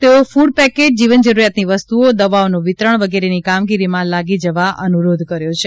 તેઓએ ફૂડપેકેટ જીવન જરૂરિયાતની વસ્તુઓ દવાઓનું વિતરણ વગેરેની કામગીરીમાં લાગી જવા અનુરોધ કર્યો છે